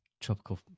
Tropical